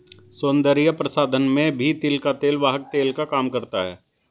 सौन्दर्य प्रसाधन में भी तिल का तेल वाहक तेल का काम करता है